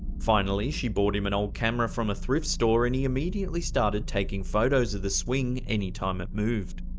finally she bought him an old camera from a thrift store, and he immediately started taking photos of the swing any time it moved.